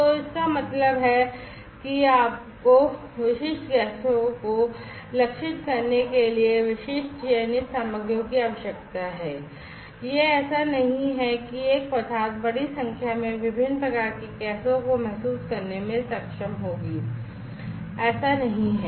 तो इसका मतलब है कि आपको विशिष्ट गैसों को लक्षित करने के लिए विशिष्ट चयनित सामग्रियों की आवश्यकता है यह ऐसा नहीं है कि एक पदार्थ बड़ी संख्या में विभिन्न प्रकार की गैसों को महसूस करने में सक्षम होगी यह ऐसा नहीं है